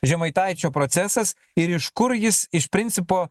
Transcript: žemaitaičio procesas ir iš kur jis iš principo